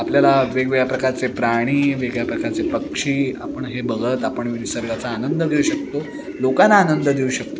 आपल्याला वेगवेगळ्या प्रकारचे प्राणी वेगळ्या प्रकारचे पक्षी आपण हे बघत आपण निसर्गाचा आनंद घेऊ शकतो लोकांना आनंद देऊ शकतो